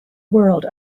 world